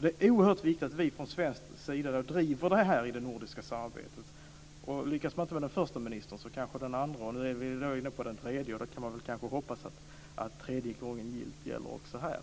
Det är oerhört viktigt att vi från svensk sida driver det här i det nordiska samarbetet. Lyckas man inte med den första och den andra ministern kan vi kanske hoppas att det blir tredje gången gillt och att man lyckas med den tredje.